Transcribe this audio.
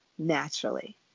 naturally